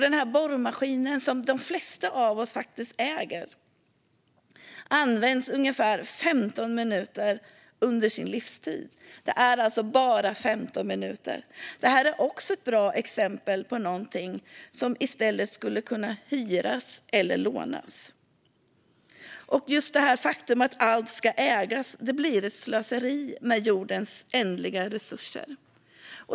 En borrmaskin, som de flesta av oss faktiskt äger, används ungefär 15 minuter under sin livstid. Det är alltså bara 15 minuter. Den är också ett bra exempel på någonting som i stället skulle kunna hyras eller lånas. Just detta att allt ska ägas blir ett slöseri med jordens ändliga resurser.